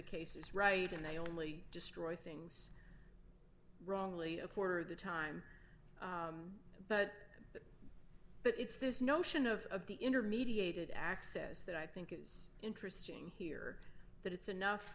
cases right and they only destroy things wrongly a quarter of the time but but it's this notion of the intermediated access that i think is interesting here that it's enough